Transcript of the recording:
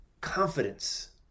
confidence